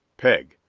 peg.